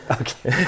okay